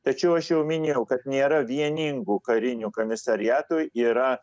tačiau aš jau minėjau kad nėra vieningų karinių komisariatų yra